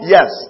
Yes